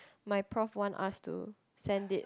my prof want us to send it